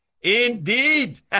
indeed